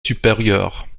supérieures